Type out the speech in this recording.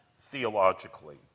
theologically